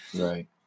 Right